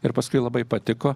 ir paskui labai patiko